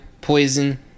Poison